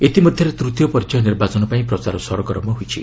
ଇତି ମଧ୍ୟରେ ତୃତୀୟ ପର୍ଯ୍ୟାୟ ନିର୍ବାଚନ ପାଇଁ ପ୍ରଚାର ସରଗରମ ହୋଇଛି